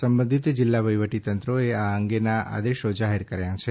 સંબંધિત જિલ્લા વહીવટીતંત્રોએ આ અંગેના આદેશો જાહેર કર્યા છે